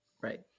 Right